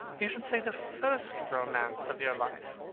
you should say the first romance of your life.